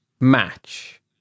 match